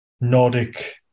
Nordic